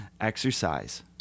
exercise